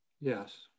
Yes